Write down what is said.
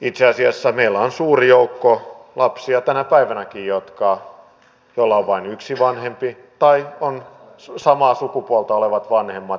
itse asiassa meillä on tänä päivänäkin suuri joukko lapsia joilla on vain yksi vanhempi tai on samaa sukupuolta olevat vanhemmat